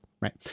Right